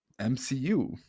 MCU